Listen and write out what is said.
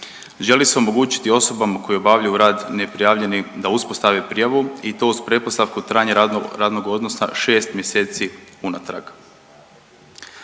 želi se omogućiti osobama koje obavljaju rad neprijavljeni da uspostave prijavu i to uz pretpostavku trajanja radnog odnosa 6 mjeseci unatrag.